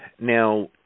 Now